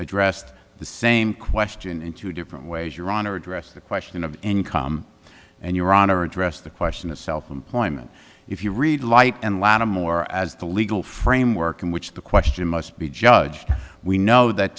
addressed the same question in two different ways your honor addressed the question of income and your honor address the question itself employment if you read light and lanham or as the legal framework in which the question must be judged we know that